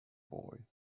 boy